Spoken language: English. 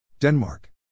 Denmark